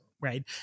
Right